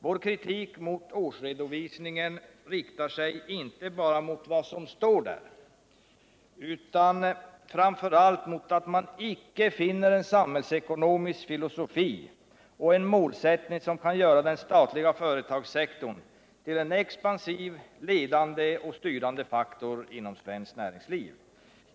Vår kritik mot årsredovisningen från Statsföretag riktar sig inte bara mot vad som står där utan framför allt mot att man där icke finner en samhällsekonomisk filosofi och en målsättning som kan göra den statliga företagssektorn till en expansiv, ledande och styrande faktor inom svenskt näringsliv.